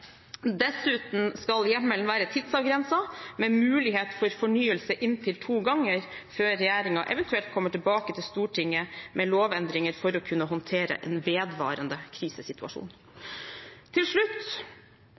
Dessuten skal hjemmelen være tidsavgrenset, med mulighet for fornyelse inntil to ganger, før regjeringen eventuelt kommer tilbake til Stortinget med lovendringer for å kunne håndtere en vedvarende krisesituasjon. Til slutt